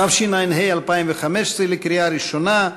התשע"ה 2015, לקריאה ראשונה.